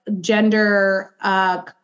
gender